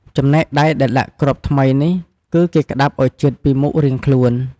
ចំណែកដៃដែលដាក់គ្រាប់ថ្មីនេះ គឺគេក្តាប់ឲ្យជិតពីមុខរៀងខ្លួន។